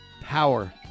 power